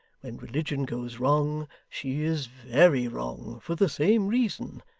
when religion goes wrong, she is very wrong, for the same reason.